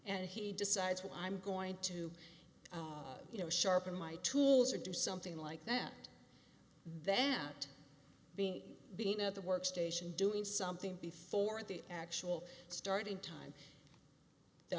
and he decides what i'm going to you know sharpen my tools or do something like that then that being being at the workstation doing something before at the actual starting time the